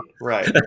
Right